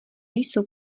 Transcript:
jsou